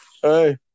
Hey